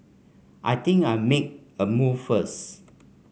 I think I'll make a move first